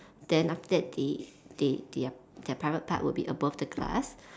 then after that they they their their private part will be above the glass